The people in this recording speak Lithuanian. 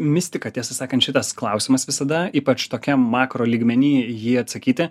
mistika tiesą sakant šitas klausimas visada ypač tokiam vakaro lygmenyje jį atsakyti